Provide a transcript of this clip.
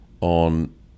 on